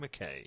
McKay